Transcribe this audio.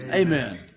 Amen